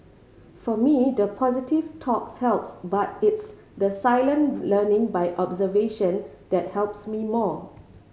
for me the positive talks helps but it's the silent learning by observation that helps me more